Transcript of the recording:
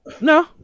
No